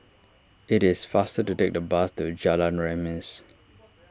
it is faster to take the bus to Jalan Remis